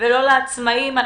ולא לעצמאים.